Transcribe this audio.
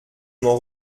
m’en